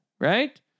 right